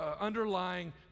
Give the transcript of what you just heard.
underlying